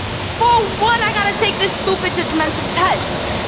for what i gotta take this stupid judgmental test?